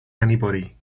anybody